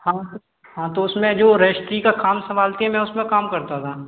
हाँ तो हाँ तो उस में जो रजिस्ट्री का काम संभालती है ना उस में काम करता था